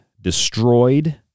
destroyed